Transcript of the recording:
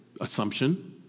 assumption